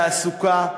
בתעסוקה,